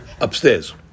upstairs